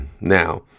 now